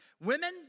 Women